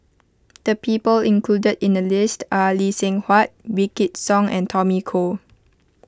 the people included in the list are Lee Seng Huat Wykidd Song and Tommy Koh